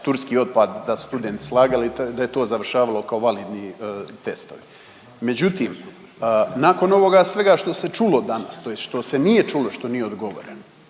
turski otpad, da su studenti slagali, da je to završavalo kao validni testovi. Međutim, nakon ovoga svega što se čulo danas, tj. što se nije čulo, što nije odgovoreno,